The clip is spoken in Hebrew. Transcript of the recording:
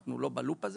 אנחנו לא בלופ הזה,